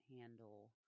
handle